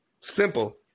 Simple